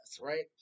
right